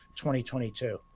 2022